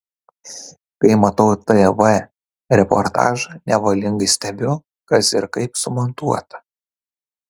kai matau tv reportažą nevalingai stebiu kas ir kaip sumontuota